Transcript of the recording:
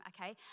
okay